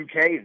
UK